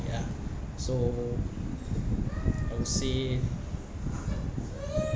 ya so I would say